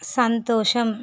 సంతోషం